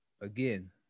Again